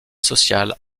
sociales